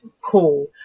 cool